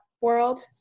world